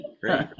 Great